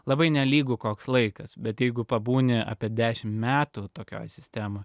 labai nelygu koks laikas bet jeigu pabūni apie dešim metų tokioj sistemoj